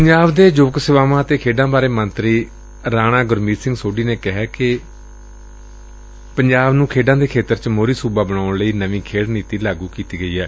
ਪੰਜਾਬ ਦੇ ਯੁਵਕ ਸੇਵਾਵਾਂ ਅਤੇ ਖੇਡਾਂ ਬਾਰੇ ਮੰਤਰੀ ਰਾਣਾ ਗੁਰਮੀਤ ਸਿੰਘ ਸੋਢੀ ਨੇ ਕਿਹੈ ਕਿ ਪੰਜਾਬ ਨੂੰ ਖੇਡਾਂ ਦੇ ਖੇਤਰ ਚ ਮੋਹਰੀ ਸੂਬਾ ਬਣਾਉਣ ਲਈ ਨਵੀਂ ਖੇਡ ਨੀਤੀ ਲਾਗੂ ਕੀਤੀ ਗਈ ਏ